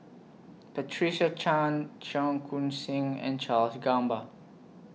Patricia Chan Cheong Koon Seng and Charles Gamba